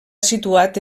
situat